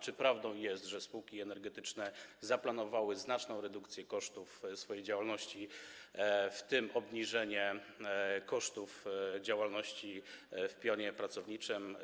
Czy prawdą jest, że spółki energetyczne zaplanowały znaczną redukcję kosztów swojej działalności, w tym obniżenie kosztów działalności w pionie pracowniczym?